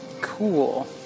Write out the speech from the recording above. Cool